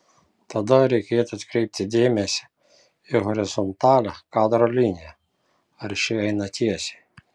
tada reikėtų atkreipti dėmesį į horizontalią kadro liniją ar ši eina tiesiai